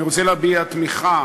אני רוצה להביע תמיכה